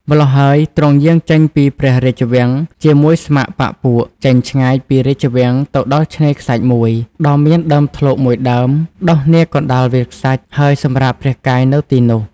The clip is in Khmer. ម្ល៉ោះហើយ ទ្រង់យាងចេញពីព្រះរាជវាំងជាមួយស្ម័គ្របក្សពួក ចេញឆ្ងាយពីរាជវាំងទៅដល់ឆ្នេរខ្សាច់មួយ ដ៏មានដើមធ្លកមួយដើម ដុះនាកណ្តាលវាលខ្សាច់ ហើយសម្រាកព្រះកាយនៅទីនោះ ។